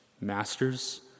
Masters